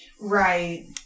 Right